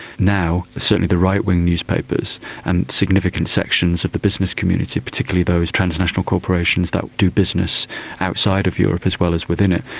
now certainly the right-wing newspapers and significant significant sections of the business community, particularly those transnational corporations that do business outside of europe as well as within it,